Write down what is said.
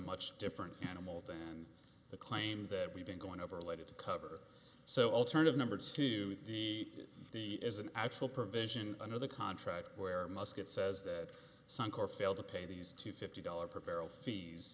much different animal than the claim that we've been going over related to cover so alternative numbers to be the is an actual provision under the contract where musket says that suncor failed to pay these two fifty dollars per barrel fees